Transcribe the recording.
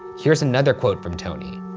here's another quote from tony.